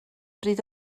bryd